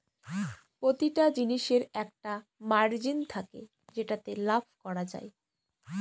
প্রতিটা জিনিসের একটা মার্জিন থাকে যেটাতে লাভ করা যায়